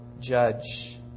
judge